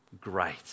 great